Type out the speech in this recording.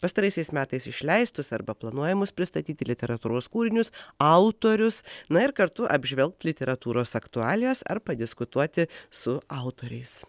pastaraisiais metais išleistus arba planuojamus pristatyti literatūros kūrinius autorius na ir kartu apžvelgt literatūros aktualijas ar padiskutuoti su autoriais